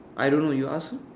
I don't know you ask her